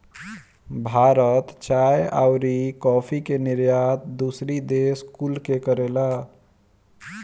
भारत चाय अउरी काफी के निर्यात दूसरी देश कुल के करेला